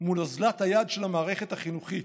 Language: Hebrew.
מול אוזלת היד של המערכת החינוכית.